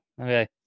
okay